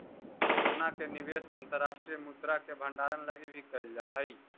सोना के निवेश अंतर्राष्ट्रीय मुद्रा के भंडारण लगी भी कैल जा हई